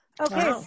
okay